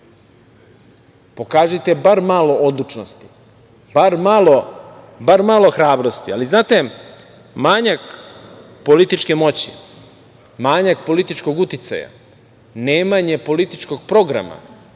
Pokažite bar malo odlučnosti, bar malo hrabrosti, ali znate, manjak političke moći, manjak političkog uticaja, nemanje političkog programa,